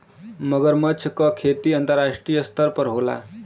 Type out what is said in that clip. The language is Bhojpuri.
मगरमच्छ क खेती अंतरराष्ट्रीय स्तर पर होला